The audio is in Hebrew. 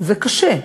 זה קשה.